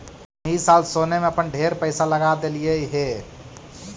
हम ई साल सोने में अपन ढेर पईसा लगा देलिअई हे